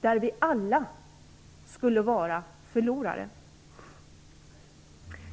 där vi alla skulle vara förlorare.